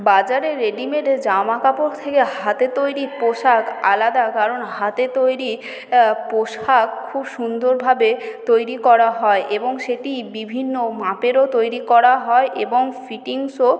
বাজারে রেডিমেডে জামা কাপড় থেকে হাতে তৈরি পোশাক আলাদা কারণ হাতে তৈরি পোশাক খুব সুন্দর ভাবে তৈরি করা হয় এবং সেটি বিভিন্ন মাপেরও তৈরি করা হয় এবং ফিটিংসও